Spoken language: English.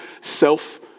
self